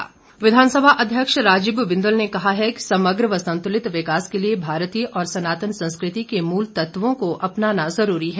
बिंदल विधानसभा अध्यक्ष राजीव बिंदल ने कहा है कि समग्र व संतुलित विकास के लिए भारतीय और स्नातन संस्कृति के मूल तत्वों को अपना जरूरी है